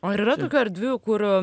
ar yra tokių erdvių kur